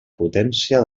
potència